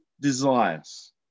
desires